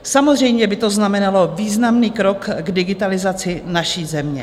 Samozřejmě by to znamenalo významný krok k digitalizaci naší země.